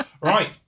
right